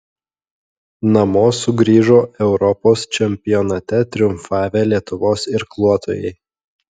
namo sugrįžo europos čempionate triumfavę lietuvos irkluotojai